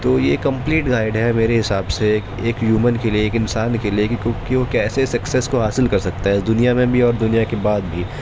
تو یہ ایک کمپلیٹ گائڈ ہے میرے حساب سے ایک ہیومن کے لیے ایک انسان کے لیے کہ کیوں کیسے سیکسیز کو حاصل کر سکتا ہے اس دنیا میں بھی اور دنیا کے بعد بھی